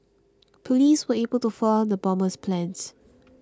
police were able to foil the bomber's plans